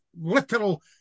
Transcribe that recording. literal